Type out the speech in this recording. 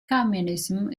communism